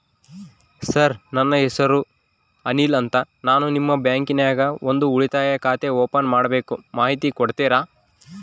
Sir ನನ್ನ ಹೆಸರು ಅನಿಲ್ ಅಂತ ನಾನು ನಿಮ್ಮ ಬ್ಯಾಂಕಿನ್ಯಾಗ ಒಂದು ಉಳಿತಾಯ ಖಾತೆ ಓಪನ್ ಮಾಡಬೇಕು ಮಾಹಿತಿ ಕೊಡ್ತೇರಾ?